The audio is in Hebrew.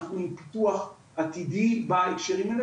אנחנו עם פיתוח עתידי בהקשרים האלה,